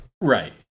Right